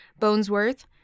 Bonesworth